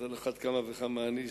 אז על אחת כמה וכמה אני,